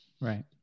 Right